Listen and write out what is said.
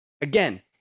again